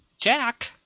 Jack